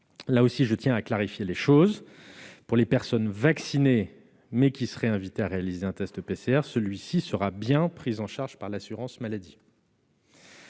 là aussi à clarifier les choses : pour les personnes vaccinées qui seraient toutefois invitées à réaliser un test PCR, celui-ci sera bien pris en charge par l'assurance maladie.